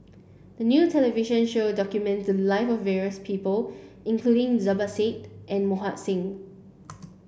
a new television show documented the lives of various people including Zubir Said and Mohan Singh